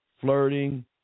flirting